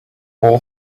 all